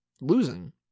losing